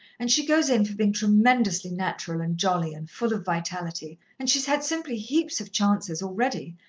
and she goes in for being tremendously natural and jolly and full of vitality and she's had simply heaps of chances, already,